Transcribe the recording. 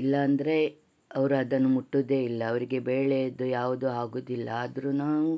ಇಲ್ಲಾಂದರೆ ಅವರು ಅದನ್ನು ಮುಟ್ಟೋದೇ ಇಲ್ಲ ಅವರಿಗೆ ಬೇಳೆಯದ್ದು ಯಾವುದು ಆಗೋದಿಲ್ಲ ಆದರು ನಾವು